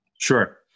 Sure